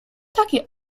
takie